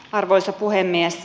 arvoisa puhemies